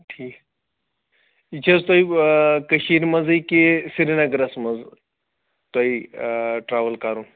ٹھیٖک یہِ چھِ حظ تۄہہِ کٔشیٖرِ منٛزٕے کہِ سریٖنگرَس منٛز تۄہہِ ٹرٛیوٕل کَرُن